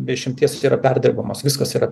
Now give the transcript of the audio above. be išimties tai yra perdirbamos viskas yra